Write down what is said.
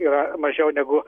yra mažiau negu